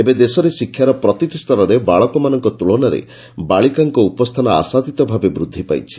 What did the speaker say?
ଏବେ ଦେଶରେ ଶିକ୍ଷାର ପ୍ରତିଟି ସ୍ତରରେ ବାଳକମାନଙ୍କ ତୁଳନାରେ ବାଳିକାମାନଙ୍କ ଉପସ୍ରାନ ଆଶାତୀତ ଭାବେ ବୃଦ୍ଧି ପାଇଛି